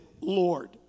Lord